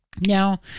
now